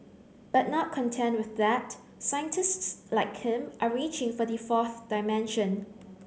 but not content with that scientists like him are reaching for the fourth dimension